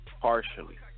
Partially